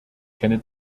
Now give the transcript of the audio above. kenne